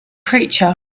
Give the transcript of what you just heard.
creature